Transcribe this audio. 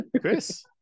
Chris